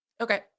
Okay